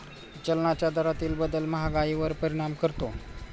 चलनाच्या दरातील बदल महागाईवर परिणाम करतो